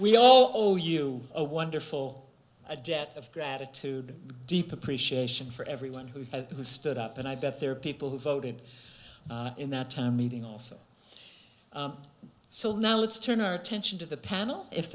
we all owe you a wonderful a debt of gratitude deep appreciation for everyone who has stood up and i bet there are people who voted in that time meeting also so now let's turn our attention to the panel if